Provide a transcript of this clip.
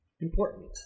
important